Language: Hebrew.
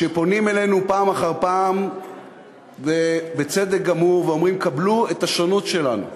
שפונים אלינו פעם אחר פעם בצדק גמור ואומרים: קבלו את השונות שלנו,